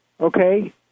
Okay